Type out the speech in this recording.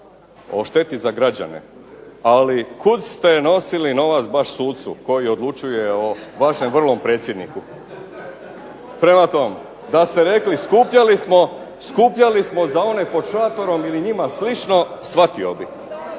o šteti za građane, ali kud ste nosili novac baš sucu koji odlučuje o vašem vrlom predsjedniku. Prema tome, da ste rekli skupljali smo za one pod šatorom ili njima slično shvatio bih,